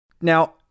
Now